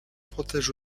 protège